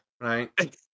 right